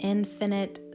Infinite